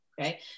Okay